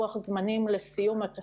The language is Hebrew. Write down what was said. מערכת תרועה לוקח לה אומנם הרבה זמן,